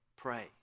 Pray